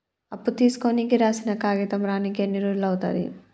అప్పు తీసుకోనికి రాసిన కాగితం రానీకి ఎన్ని రోజులు అవుతది?